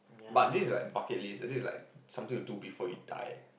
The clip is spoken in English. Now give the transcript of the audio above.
but this is like bucket list this is like something you do before you die